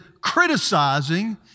criticizing